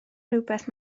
rhywbeth